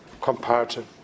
comparative